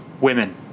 Women